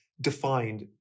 defined